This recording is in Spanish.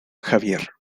javier